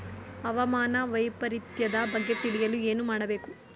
ಹವಾಮಾನ ವೈಪರಿತ್ಯದ ಬಗ್ಗೆ ತಿಳಿಯಲು ಏನು ಮಾಡಬೇಕು?